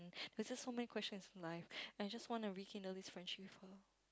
there's just so many questions in life I just want to rekindle this friendship with her